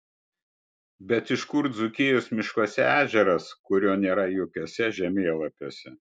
bet iš kur dzūkijos miškuose ežeras kurio nėra jokiuose žemėlapiuose